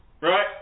right